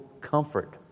comfort